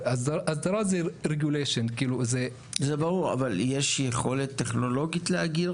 מליאה ביום ראשון, שבה אנחנו דנים בסוגייה הזו.